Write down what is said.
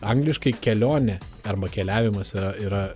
angliškai kelionė arba keliavimas yra yra